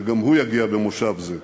שגם הוא יגיע במושב זה.